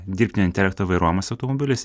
dirbtinio intelekto vairuojamas automobilis